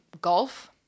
golf